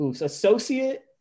Associate